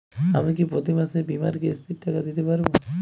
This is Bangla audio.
আমি কি প্রতি মাসে বীমার কিস্তির টাকা দিতে পারবো?